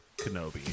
Kenobi